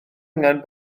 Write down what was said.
angen